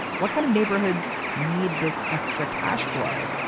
what kind of neighborhoods need this extra cash flow?